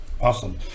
awesome